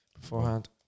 Beforehand